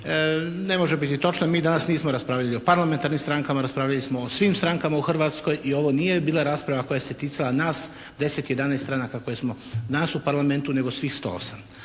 ne može biti točna. Mi danas nismo raspravljali o parlamentarnim strankama. Raspravljali smo o svim strankama u Hrvatskoj i ovo nije bila rasprava koja se ticala nas, 10, 11 stranaka koje smo nas u Parlamentu, nego nas svih 108.